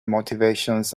motivations